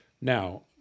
Now